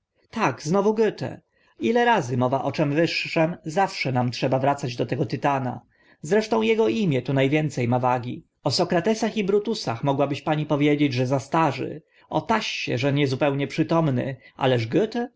tak znowu goethe ile razy mowa o czym wyższym zawsze nam trzeba wracać do tego tytana zresztą ego imię tu na więce ma wagi o sokratesach i brutusach mogłabyś pani powiedzieć że za starzy o tassie że niezupełnie przytomny ależ goethe